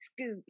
scoop